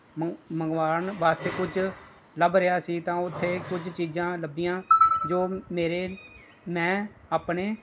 ਮੰਗ ਮੰਗਵਾਉਣ ਵਾਸਤੇ ਕੁਝ ਲੱਭ ਰਿਹਾ ਸੀ ਤਾਂ ਉੱਥੇ ਕੁਝ ਚੀਜ਼ਾਂ ਲੱਭੀਆਂ ਜੋ ਮੇਰੇ ਮੈਂ ਆਪਣੇ